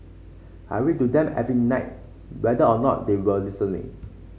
I read to them every night whether or not they were listening